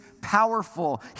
powerful